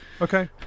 Okay